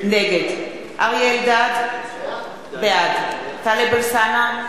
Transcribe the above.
נגד אריה אלדד, בעד טלב אלסאנע,